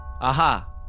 Aha